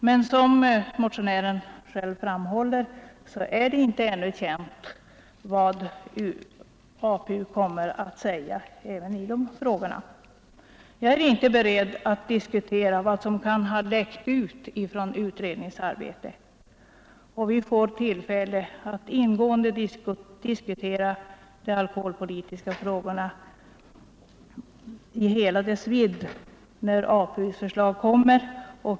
Men som motionärerna själva framhåller är det inte ännu känt vad APU kommer att säga i de frågorna heller. Jag är inte beredd att diskutera vad som kan ha ”läckt ut” från utredningens arbete. Vi får tillfälle att ingående debattera de alkoholpolitiska frågorna i hela deras vidd när alkoholpolitiska utredningens förslag kommer.